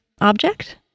object